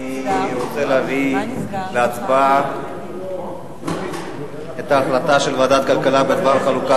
אני רוצה להביא להצבעה את ההחלטה של ועדת הכלכלה בדבר חלוקת